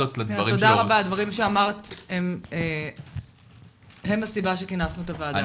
הדברים שאמרת הם הסיבה שכינסנו את הוועדה הזאת.